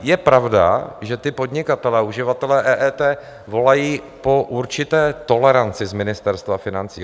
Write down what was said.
Je pravda, že ti podnikatelé a uživatelé EET volají po určité toleranci z Ministerstva financí.